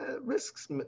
risks